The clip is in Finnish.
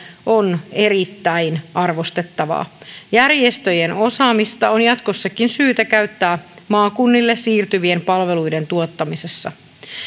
on erittäin arvostettavaa järjestöjen osaamista on jatkossakin syytä käyttää maakunnille siirtyvien palveluiden tuottamisessa